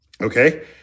Okay